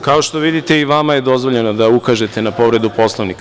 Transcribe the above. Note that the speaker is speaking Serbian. Kao što vidite i vama je dozvoljeno da ukažete na povredu Poslovnika.